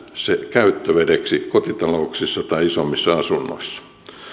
käyttövedeksi kotitalouksissa tai isommissa asunnoissa